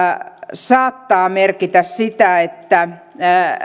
saattaa merkitä sitä että